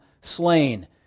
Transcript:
slain